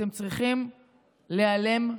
אתם צריכים להיעלם,